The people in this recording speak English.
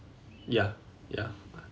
ya ya